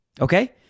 Okay